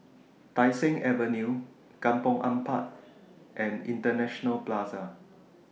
Tai Seng Avenue Kampong Ampat and International Plaza